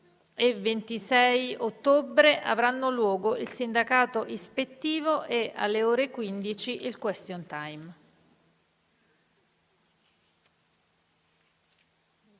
e 26 ottobre avranno luogo il sindacato ispettivo e, alle ore 15, il *question time*.